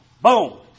Boom